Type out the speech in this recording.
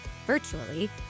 virtually